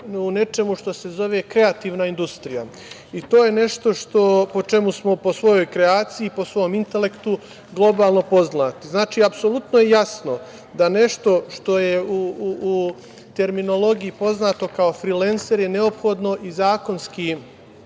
u nečemu što se zove kreativna industrija, i to je nešto po čemu po svojoj kreaciji, po svom intelektu globalno poznati. Znači, apsolutno i jasno da nešto što je u terminologiji poznato kao frilenser je neophodno i zakonski